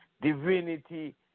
Divinity